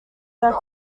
deck